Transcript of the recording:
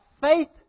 faith